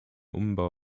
umbau